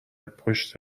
پشت